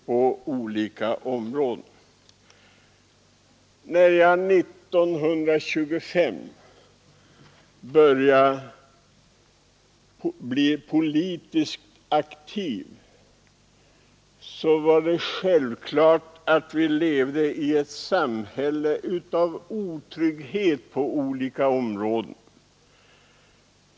När jag 1925 började bli politiskt aktiv levde vi i ett samhälle av otrygghet på olika områden.